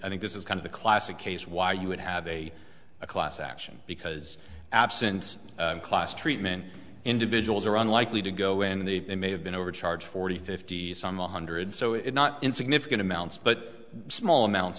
i think this is kind of the classic case why you would have a class action because absent class treatment individuals are unlikely to go in the they may have been overcharged forty fifty s on one hundred so it's not in significant amounts but small amounts